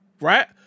right